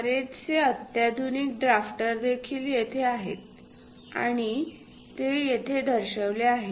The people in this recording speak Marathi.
बरेचसे अत्याधुनिक ड्राफ्टर देखील तेथे आहेत आणि ते येथे दर्शविले आहेत